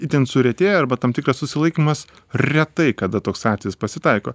itin suretėję arba tam tikras susilaikymas retai kada toks atvejis pasitaiko